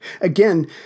Again